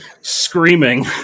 screaming